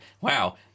wow